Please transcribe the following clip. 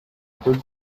peux